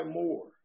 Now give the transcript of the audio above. more